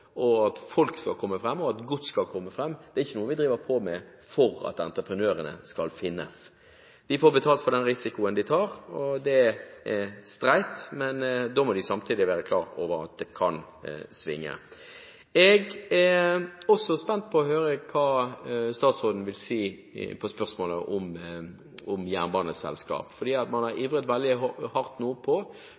for at folk og gods skal komme fram. Det er ikke noe vi driver med for at entreprenører skal finnes. De får betalt for den risikoen de tar, og det er streit, men da må de samtidig være klar over at det kan svinge. Jeg er også spent på å høre hva statsråden vil si på spørsmålet om jernbaneselskap, for man har nå ivret veldig for å få på